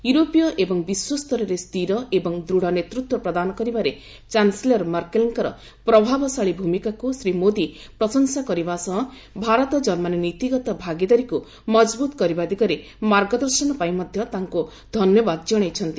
ୟୁରୋପୀୟ ଏବଂ ବିଶ୍ୱ ସ୍ତରରେ ସ୍ଥିର ଏବଂ ଦୂଢ଼ ନେତୃତ୍ୱ ପ୍ରଦାନ କରିବାରେ ଚାନ୍ସେଲର ମର୍କେଲଙ୍କର ପ୍ରଭାବଶାଳୀ ଭୂମିକାକୁ ଶ୍ରୀ ମୋଦୀ ପ୍ରଶଂସା କରିବା ସହ ଭାରତ ଜର୍ମାନୀ ନୀତିଗତ ଭାଗିଦାରୀକୁ ମଜବୁତ କରିବା ଦିଗରେ ମାର୍ଗଦର୍ଶନ ପାଇଁ ମଧ୍ୟ ତାଙ୍କୁ ଧନ୍ୟବାଦ ଜଣାଇଛନ୍ତି